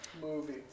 movie